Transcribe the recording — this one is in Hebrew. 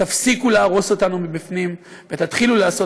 תפסיקו להרוס אותנו מבפנים ותתחילו לעשות